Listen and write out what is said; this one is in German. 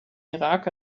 irak